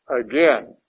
again